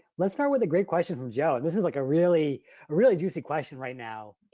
let's start with a great question from joe. and this is like a really, a really juicy question right now.